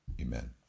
Amen